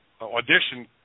audition